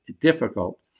difficult